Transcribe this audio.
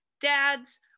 dads